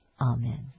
Amen